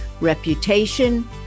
reputation